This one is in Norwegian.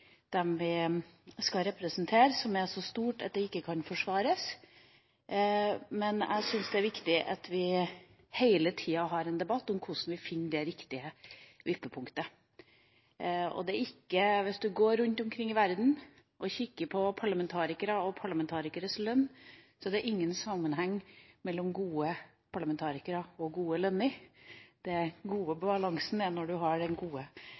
dem vi er valgt for, og dem vi skal representere, som er så stort at det ikke kan forsvares, men jeg syns det er viktig at vi hele tida har en debatt om hvordan vi finner det riktige vippepunktet. Hvis man kikker på parlamentarikere og parlamentarikeres lønn rundt omkring i verden, er det ingen sammenheng mellom gode parlamentarikere og gode lønner. Den gode balansen er når man har